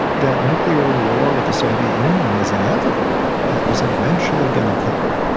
that nuclear war with the soviet union was inevitable, that it was eventually going to come.